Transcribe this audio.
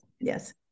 yes